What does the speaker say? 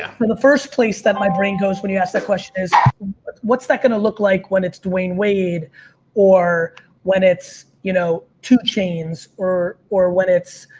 the first place that my brain goes when you ask that question is what's that going to look like when it's dwayne wade or when it's, you know two chainz or or when it's,